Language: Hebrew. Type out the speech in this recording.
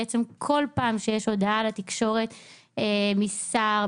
בכל פעם שיש הודעה לתקשורת משר,